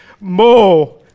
more